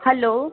hello